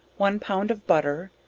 one pound of butter,